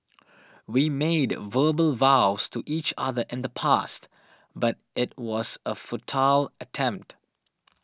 we made verbal vows to each other in the past but it was a futile attempt